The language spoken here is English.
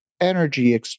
energy